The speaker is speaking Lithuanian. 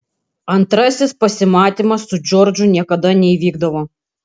antrasis pasimatymas su džordžu niekada neįvykdavo